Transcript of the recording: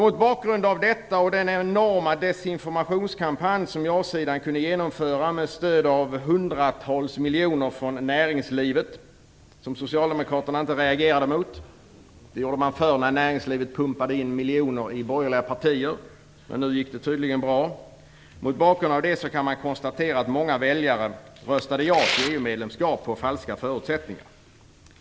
Mot bakgrund av detta och den enorma desinformationskampanj som ja-sidan kunde genomföra med stöd av hundratals miljoner från näringslivet, något som Socialdemokraterna inte reagerade mot - det gjorde man förr när näringslivet pumpade in miljoner i borgerliga partier, men nu gick det tydligen bra - kan man konstatera att många väljare röstade ja till EU-medlemskap på falska förutsättningar.